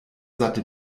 satte